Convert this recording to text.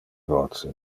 voce